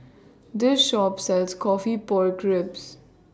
This Shop sells Coffee Pork Ribs